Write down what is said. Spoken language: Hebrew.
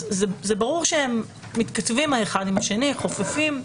ברור שהם מתכתבים האחד עם השני, חופפים.